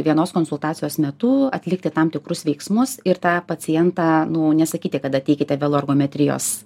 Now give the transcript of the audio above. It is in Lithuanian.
vienos konsultacijos metu atlikti tam tikrus veiksmus ir tą pacientą nu nesakyti kad ateikite veloergometrijos